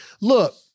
Look